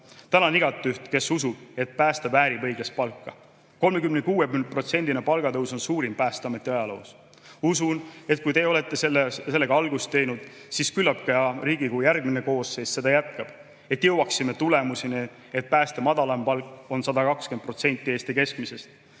Tänan igaüht, kes usub, et päästja väärib õiglast palka. 36%‑line palgatõus on suurim Päästeameti ajaloos. Usun, et kui te olete sellega algust teinud, siis küllap ka Riigikogu järgmine koosseis seda jätkab, et jõuaksime tulemuseni, et päästja madalaim palk on 120% Eesti keskmisest.